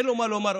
אין לו מה לומר,